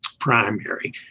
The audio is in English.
primary